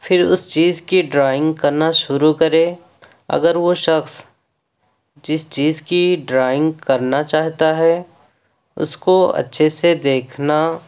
پھر اس چیز کی ڈرائنگ کرنا شروع کرے اگر وہ شخص جس چیز کی ڈرائنگ کرنا چاہتا ہے اس کو اچھے سے دیکھنا